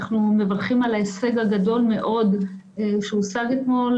אנחנו מברכים על ההישג הגדול מאוד שהושג אתמול.